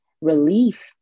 relief